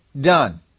done